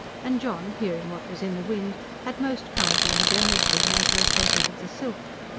and john, hearing what was in the wind, had most kindly and generously made her a present of the silk.